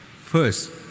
First